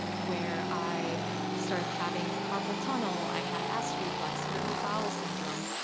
where i started having carpal tunnel, i had acid reflux, irritable bowel syndrome.